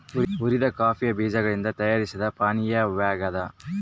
ಹುರಿದ ಕಾಫಿ ಬೀಜಗಳಿಂದ ತಯಾರಿಸಿದ ಪಾನೀಯವಾಗ್ಯದ